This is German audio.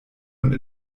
und